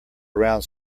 around